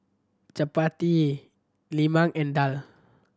chappati lemang and daal